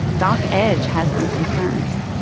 doc edge has some concerns.